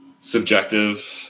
subjective